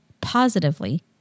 positively